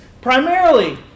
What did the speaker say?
primarily